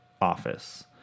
office